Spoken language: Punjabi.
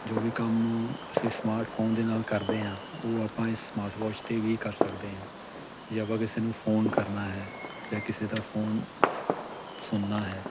ਜੋ ਵੀ ਕੰਮ ਅਸੀਂ ਸਮਾਰਟ ਫੋਨ ਦੇ ਨਾਲ ਕਰਦੇ ਹਾਂ ਉਹ ਆਪਾਂ ਇਸ ਸਮਾਰਟ ਵਾਚ 'ਤੇ ਵੀ ਕਰ ਸਕਦੇ ਹਾਂ ਜੇ ਆਪਾਂ ਕਿਸੇ ਨੂੰ ਫੋਨ ਕਰਨਾ ਹੈ ਜਾਂ ਕਿਸੇ ਦਾ ਫੋਨ ਸੁਣਨਾ ਹੈ